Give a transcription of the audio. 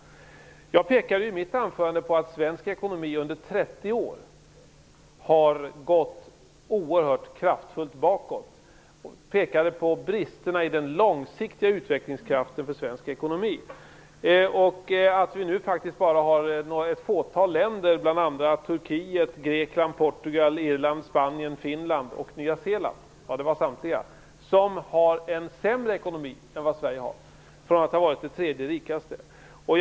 Jag pekade i mitt anförande på att svensk ekonomi under 30 år har gått oerhört kraftfullt bakåt. Jag pekade på bristerna i den långsiktiga utvecklingskraften för svensk ekonomi och att nu faktiskt bara ett fåtal länder, bl.a. Turkiet, Grekland, Portugal, Irland, Spanien, Finland och Nya Zeeland, har en sämre ekonomi än Sverige har, från att ha varit det tredje rikaste landet.